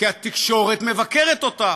כי התקשורת מבקרת אותה,